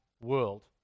world